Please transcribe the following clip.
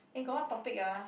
eh got what topic ah